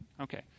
Okay